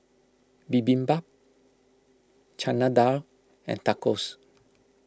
Bibimbap Chana Dal and Tacos